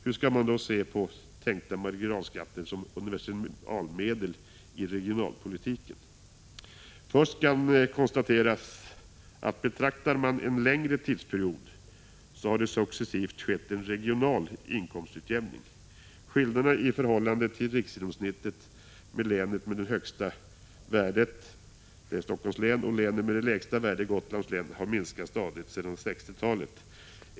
Hur skall man då se på sänkta marginalskatter som universalmedel i regionalpolitiken? Först kan följande konstateras. Om man betraktar en längre tidsperiod, finner man att det successivt har skett en regional inkomstutjämning. Skillnaderna, i förhållande till riksgenomsnittet, mellan det län som har det högsta värdet och det län som har det lägsta värdet har stadigt minskat sedan 1960-talet.